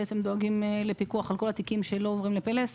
דואגים לפיקוח על כל התיקים שלא עוברים ל"פלס",